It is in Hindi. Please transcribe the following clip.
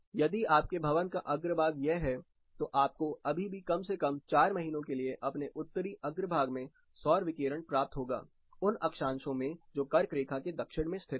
यदि आपके भवन का अग्रभाग यह है तो आपको अभी भी कम से कम चार महीनों के लिए अपने उत्तरी अग्रभाग में सौर विकिरण प्राप्त होगा उन अक्षांशों में जो कर्क रेखा के दक्षिण में स्थित हैं